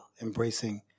embracing